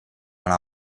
alla